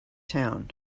town